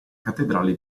cattedrale